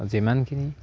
যিমানখিনি